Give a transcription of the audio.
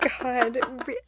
God